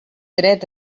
dret